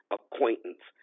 acquaintance